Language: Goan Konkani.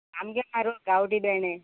सामके म्हारोग गांवठी भेणें